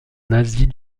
nazis